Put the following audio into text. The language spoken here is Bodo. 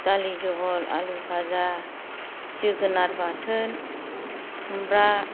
दालि जहल आलु फाजा जोगोनार बाथोन खुमब्रा